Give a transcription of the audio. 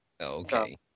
Okay